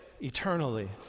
Eternally